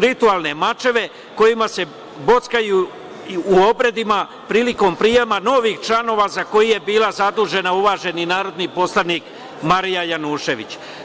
ritualne mačeve kojima se bockaju u obredima prilikom prijema novih članova za koji je bila zadužena uvaženi narodni poslanik Marija Janjušević.